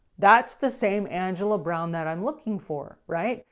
that's the same angela brown that i'm looking for. right?